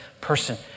person